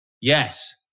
Yes